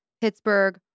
Pittsburgh